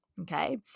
okay